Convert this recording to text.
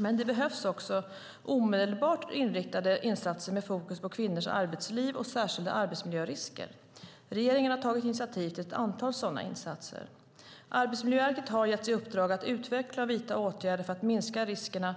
Men det behövs också omedelbara riktade insatser med fokus på kvinnors arbetsliv och särskilda arbetsmiljörisker. Regeringen har tagit initiativ till ett antal sådana insatser. Arbetsmiljöverket har getts i uppdrag att utveckla och vidta åtgärder för att minska riskerna